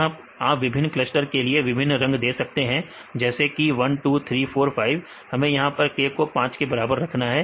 यहां आप विभिन्न क्लस्टर के लिए विभिन्न रंग दे सकते हैं जैसे कि 1 2 3 4 5 हम यहां पर k को 5 के बराबर रखते हैं